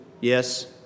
yes